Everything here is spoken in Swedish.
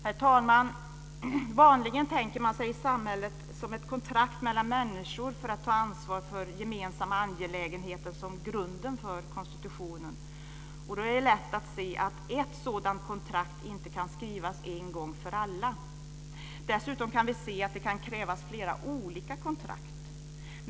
Herr talman! Vanligen tänker man sig samhället som ett kontrakt mellan människor för att ta ansvar för gemensamma angelägenheter som grunden för konstitutionen. Och då är det lätt att se att ett sådant kontrakt inte kan skrivas en gång för alla. Dessutom kan vi se att det kan krävas flera olika kontrakt.